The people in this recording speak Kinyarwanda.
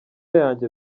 yanjye